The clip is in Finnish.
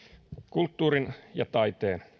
kulttuurin ja taiteen